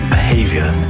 behavior